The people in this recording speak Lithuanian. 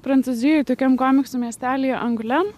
prancūzijoj tokiam komiksų miestelyje anglem